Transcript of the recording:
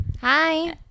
Hi